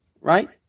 Right